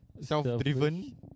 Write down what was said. Self-driven